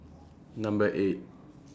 Number eight